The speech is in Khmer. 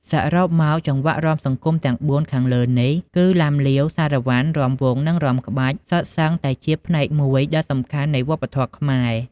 សរុបមក ចង្វាក់រាំសង្គមទាំងបួនខាងលើនេះ គឺ ឡាំលាវ សារ៉ាវ៉ាន់ រាំវង់ និងរាំក្បាច់ សុទ្ធសឹងតែជាផ្នែកមួយដ៏សំខាន់នៃវប្បធម៌ខ្មែរ